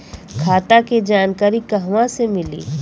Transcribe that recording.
खाता के जानकारी कहवा से मिली?